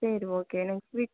சரி okay next week